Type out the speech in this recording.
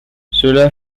cela